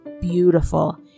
beautiful